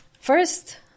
first